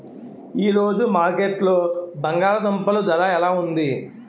ఈ రోజు మార్కెట్లో బంగాళ దుంపలు ధర ఎలా ఉంది?